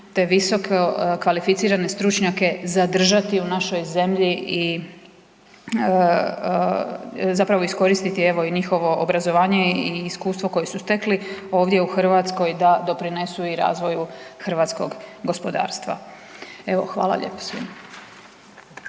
te visokokvalificirane stručnjake zadržati u našoj zemlji i zapravo iskoristiti evo, i njihovo obrazovanje i iskustvo koje su stekli ovdje u Hrvatskoj da doprinesu i razvoju hrvatskog gospodarstva. Evo, hvala lijepo svima.